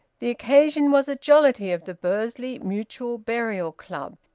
the occasion was a jollity of the bursley mutual burial club.